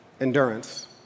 endurance